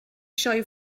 sioe